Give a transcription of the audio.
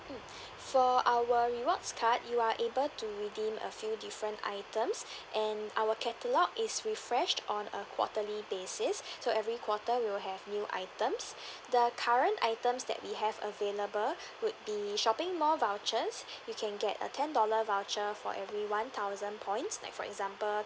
mm for our rewards card you are able to redeem a few different items and our catalogue is refreshed on a quarterly basis so every quarter we'll have new items the current items that we have available would be shopping mall vouchers you can get a ten dollar voucher for every one thousand points like for example